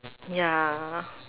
ya